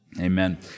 Amen